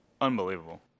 Unbelievable